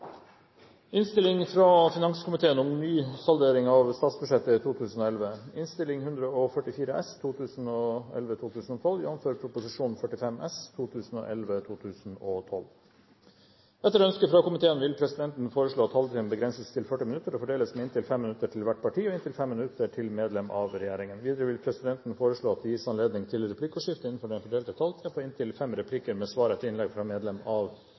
innstilling støtter derfor at det gis en bestillingsfullmakt her på 20 mill. kr. Det er en samlet komité som slutter seg til forslagene i proposisjonen. Flere har ikke bedt om ordet til sak nr. 6. Etter ønske fra helse- og omsorgskomiteen vil presidenten foreslå at taletiden begrenses til 40 minutter og fordeles med inntil 5 minutter til hvert parti og inntil 5 minutter til medlem av regjeringen. Videre vil presidenten foreslå at det gis anledning til replikkordskifte på inntil tre replikker med svar etter innlegg